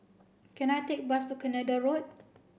can I take bus to Canada Road